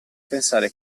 pensare